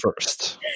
first